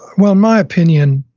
well, my opinion,